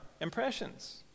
impressions